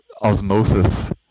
osmosis